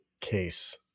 case